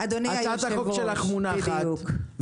הצעת החוק שלך מונחת.